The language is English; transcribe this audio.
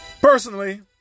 Personally